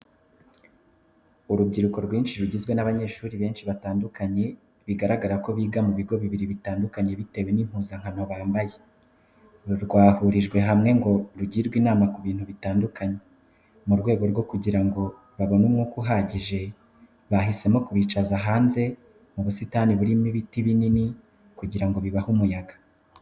Urubyiruko rwinshi rugizwe n'abanyeshuri benshi batandukanye bigaragara ko biga ku bigo bibiri bitandukanye bitewe n'impuzankano bambaye rwahurijwe hamwe ngo rugirwe inama ku bintu bitandukanye. Mu rwego rwo kugira ngo babone umwuka uhagije, bahisemo kubicaza hanze mu busitani burimo ibiti binini kugira ngo bibahe umuyaga.